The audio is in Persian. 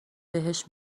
بهش